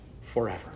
forever